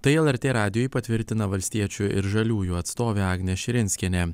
tai lrt radijui patvirtina valstiečių ir žaliųjų atstovė agnė širinskienė